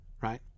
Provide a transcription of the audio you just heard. right